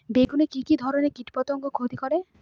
বেগুনে কি কী ধরনের কীটপতঙ্গ ক্ষতি করে?